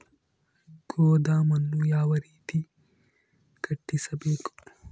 ಗೋದಾಮನ್ನು ಯಾವ ರೇತಿ ಕಟ್ಟಿಸಬೇಕು?